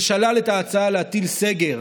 ששלל את ההצעה להטיל סגר